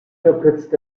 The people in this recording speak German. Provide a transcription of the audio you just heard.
verkürzt